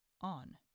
on